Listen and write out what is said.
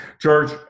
George